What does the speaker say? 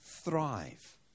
Thrive